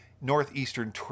northeastern